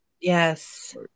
Yes